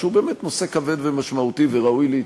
שהוא באמת נושא כבד ומשמעותי וראוי להתייחסות.